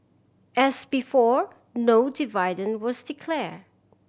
as before no dividend was declared